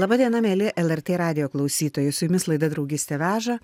laba diena mieli lrt radijo klausytojai su jumis laida draugystė veža